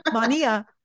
mania